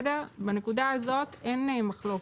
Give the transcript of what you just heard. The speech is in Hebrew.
בנקודה הזאת אין מחלוקת,